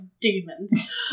demons